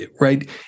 right